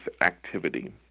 activity